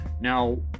Now